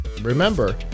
Remember